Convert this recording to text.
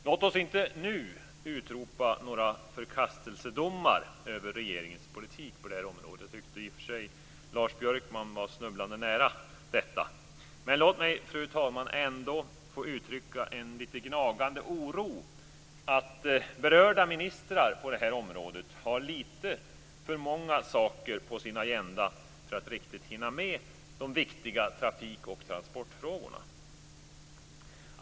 Låt oss inte nu utropa några förkastelsedomar över regeringens politik på det här området. Jag tyckte i och för sig att Lars Björkman var snubblande nära detta. Men låt mig, fru talman, ändå få uttrycka en liten gnagande oro över att berörda ministrar på det här området har lite för många saker på sina agendor för att riktigt hinna med de viktiga trafikoch transportfrågorna.